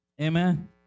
Amen